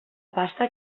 pasta